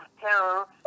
terror